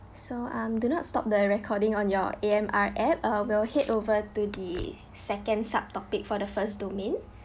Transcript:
so um do not stop the recording on your A_M_R app uh we'll head over to the second subtopic for the first domain